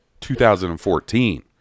2014